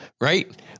Right